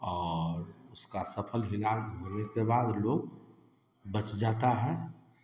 और उसका सफल इलाज होने के बाद लोग बच जाता है